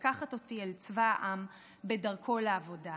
/ לקחת אותי אל צבא העם/ בדרכו לעבודה.